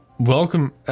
Welcome